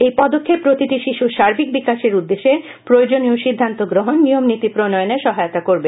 এই পদক্ষেপ প্রতিটি শিশুর সার্বিক বিকাশের উদ্দেশ্যে প্রয়োজনীয় সিদ্ধান্ত গ্রহণ নিয়মনীতি প্রনয়ণেও সহায়তা করবে